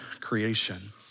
creation